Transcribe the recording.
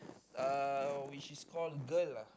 uh which is called girl uh